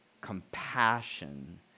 Compassion